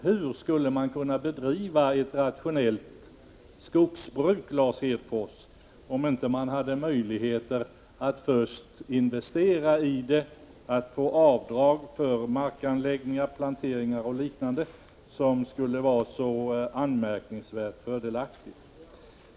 Hur skulle man kunna bedriva ett rationellt skogsbruk, Lars Hedfors, om man inte hade möjlighet att först investera i det och att göra avdrag för markanläggningar, planteringar och liknande? Skulle detta vara så anmärkningsvärt fördelaktigt?